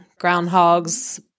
groundhogs